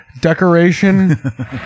decoration